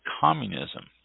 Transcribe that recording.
communism